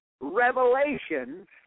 revelations